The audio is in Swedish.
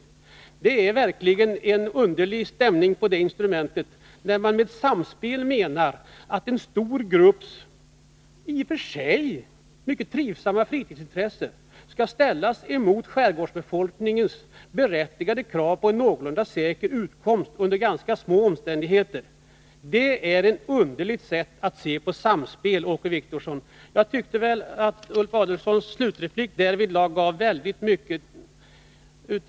Det instrumentet är verkligen underligt stämt, när man med samspel menar att en stor grupp i och för sig trivsamma fritidsintressen skall ställas mot skärgårdsbefolkningens berättigade krav på en någorlunda säker utkomst i annars ganska knappa omständigheter. Det är ett underligt sätt att se på samspel, Åke Wictorsson! Jag tycker nog att Ulf Adelsohns slutreplik därvidlag gav väldigt mycket.